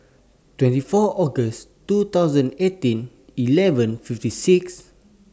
twenty four August two thousand eighteen eleven fifty six